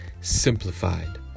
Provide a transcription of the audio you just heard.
Simplified